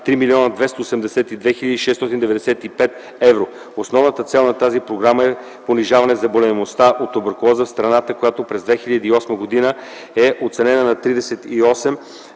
3 282 695 евро. Основната цел на тази програма е понижаване заболеваемостта от туберкулоза в страната, която през 2008 г. е оценена на 38